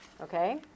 okay